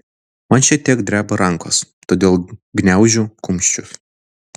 man šiek tiek dreba rankos todėl gniaužiu kumščius